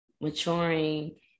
maturing